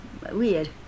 Weird